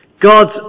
God's